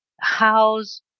house